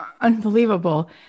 unbelievable